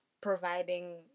providing